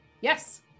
Yes